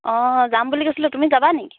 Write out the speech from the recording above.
অঁ যাম বুলি কৈছিলোঁ তুমি যাবা নেকি